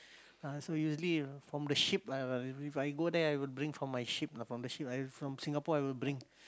uh so usually if from the ship uh If I go there I would bring from my ship ah from the ship uh from Singapore I would bring